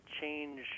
change